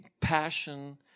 passion